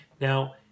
Now